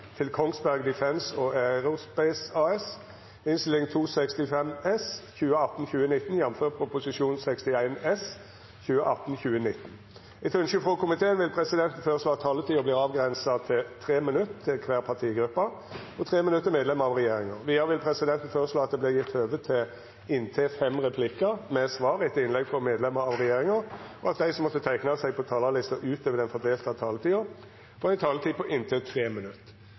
til sak nr. 5. Etter ønske frå utenriks- og forsvarskomiteen vil presidenten føreslå at taletida vert avgrensa til 3 minutt til kvar partigruppe og 3 minutt til medlemer av regjeringa. Vidare vil presidenten føreslå at det vert gjeve høve til inntil fem replikkar med svar etter innlegg frå medlemer av regjeringa, og at dei som måtte teikna seg på talarlista utover den fordelte taletida, får ei taletid på inntil 3 minutt.